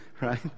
right